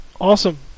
Awesome